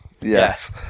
Yes